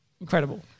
incredible